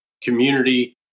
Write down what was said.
community